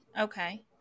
okay